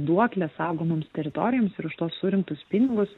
duoklė saugomoms teritorijoms ir už tuos surinktus pinigus